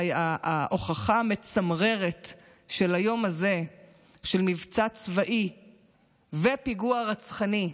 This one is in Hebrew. וההוכחה המצמררת של היום הזה של מבצע צבאי ופיגוע רצחני,